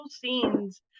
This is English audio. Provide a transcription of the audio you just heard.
scenes